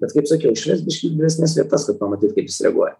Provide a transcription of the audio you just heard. bet kaip sakiau išvest biškį į didesnes vietas kad pamatyt kaip jis reaguoja